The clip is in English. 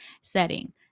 setting